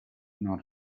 non